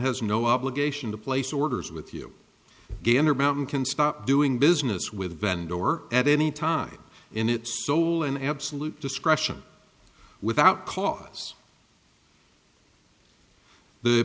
has no obligation to place orders with you gander mountain can stop doing business with a vendor or at any time in its sole and absolute discretion without cause the